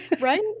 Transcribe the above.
right